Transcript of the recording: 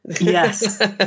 Yes